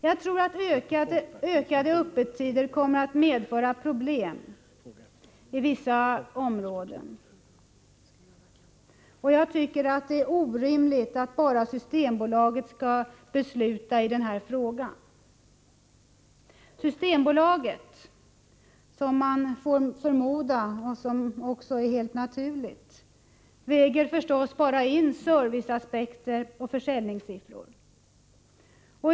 Jag tror att förlängda öppettider kommer att medföra problem i vissa områden. Jag tycker att det är orimligt att bara Systembolaget skall besluta i denna fråga. Man får förmoda att Systembolaget — vilket också är helt naturligt — då väger in serviceaspekter och försäljningssiffror.